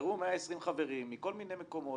שנבחרו 120 חברים מכל מיני מקומות